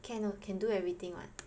can o~ can do everything [what]